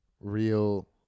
real